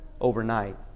overnight